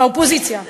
האופוזיציה,